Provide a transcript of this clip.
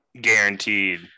guaranteed